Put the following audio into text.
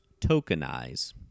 Tokenize